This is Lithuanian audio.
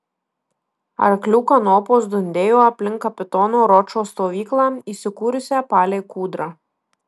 arklių kanopos dundėjo aplink kapitono ročo stovyklą įsikūrusią palei kūdrą